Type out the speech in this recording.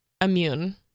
immune